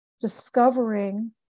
discovering